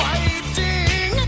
Fighting